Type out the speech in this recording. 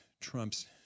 Trump's